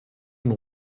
und